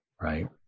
right